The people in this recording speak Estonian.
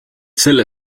selle